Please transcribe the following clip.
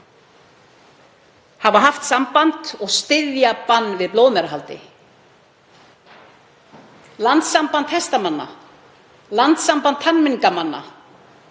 hafa haft samband og styðja bann við blóðmerahaldi. Landssamband hestamanna, Landssamband tamningamanna